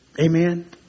Amen